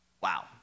Wow